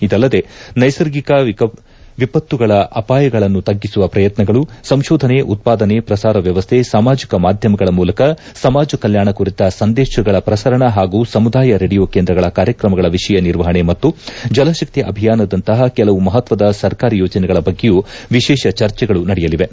ಇದಲ್ಲದೆ ನೈಸರ್ಗಿಕ ಎಪತ್ತುಗಳ ಅಪಾಯಗಳನ್ನು ತಗ್ಗಿಸುವ ಪ್ರಯತ್ನಗಳು ಸಂಶೋಧನೆ ಉತ್ಪಾದನೆ ಪ್ರಸಾರ ವ್ಯವಸ್ಥೆ ಸಾಮಾಜಿಕ ಮಾಧ್ಯಮಗಳ ಮೂಲಕ ಸಮಾಜ ಕಲ್ಲಾಣ ಕುರಿತ ಸಂದೇಶಗಳ ಪ್ರಸರಣ ಹಾಗೂ ಸಮುದಾಯ ರೇಡಿಯೋ ಕೇಂದ್ರಗಳ ಕಾರ್ಯಕ್ರಮಗಳ ವಿಷಯ ನಿರ್ವಹಣೆ ಮತ್ತು ಜಲಶಕ್ತಿ ಅಭಿಯಾನದಂತಹ ಕೆಲವು ಮಹತ್ವದ ಸರ್ಕಾರಿ ಯೋಜನೆಯಗಳ ಬಗ್ಗೆಯೂ ವಿಶೇಷ ಚರ್ಚೆಗಳು ನಡೆಯಲಿವೆ